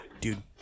dude